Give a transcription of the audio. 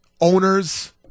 owners